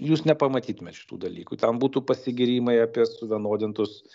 jūs nepamatytumėt šitų dalykų ten būtų pasigyrimai apie suvienodintus